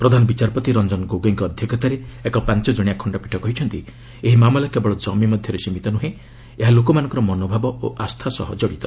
ପ୍ରଧାନ ବିଚାରପତି ରଞ୍ଜନ ଗୋଗୋଇଙ୍କ ଅଧ୍ୟକ୍ଷତାରେ ଏକ ପାଞ୍ଚ ଜଣିଆ ଖଣ୍ଡପୀଠ କହିଛନ୍ତି ଏହି ମାମଲା କେବଳ ଜମି ମଧ୍ୟରେ ସୀମିତ ନୁହେଁ ଏହା ଲୋକମାନଙ୍କର ମନୋଭାବ ଓ ଆସ୍ଥା ସହ ଜଡ଼ିତ